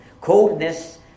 coldness